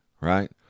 right